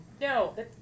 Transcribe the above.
No